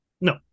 No